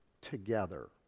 together